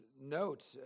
note